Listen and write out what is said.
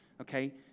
Okay